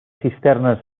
cisternes